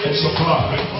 supply